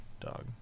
dog